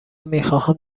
میخواهم